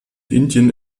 indien